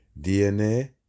dna